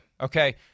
Okay